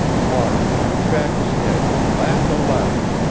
mark threw back his head and laughed aloud.